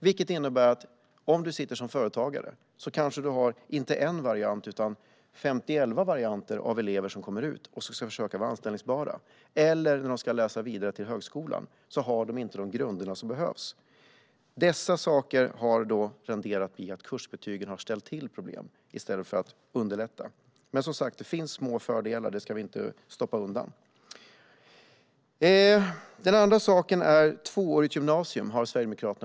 Det innebär att man som företagare ställs inför inte en variant utan femtioelva varianter av elever som kommer ut och som ska försöka vara anställbara. Och när de ska läsa vidare på högskolan har dessa elever kanske inte heller de grunder som de behöver. Dessa saker har renderat i att kursbetygen har ställt till problem i stället för att underlätta. Men, som sagt, det finns små fördelar. Det ska vi inte bortse från. Sverigedemokraterna har också föreslagit att det ska finnas ett tvåårigt gymnasium.